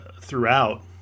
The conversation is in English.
throughout